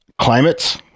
climates